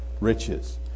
riches